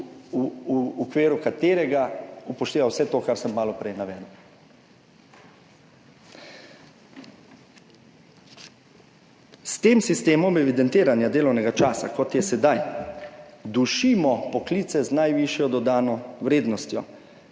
v okviru katerega upošteva vse to, kar sem malo prej navedel. S tem sistemom evidentiranja delovnega časa, kot je sedaj, dušimo poklice z najvišjo dodano vrednostjo,